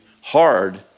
hard